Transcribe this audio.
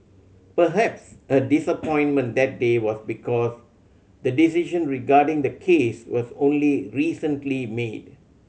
perhaps her disappointment that day was because the decision regarding the case was only recently made